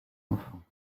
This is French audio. enfant